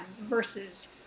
versus